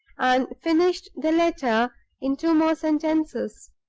and finished the letter in two more sentences.